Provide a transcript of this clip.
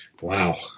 Wow